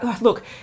look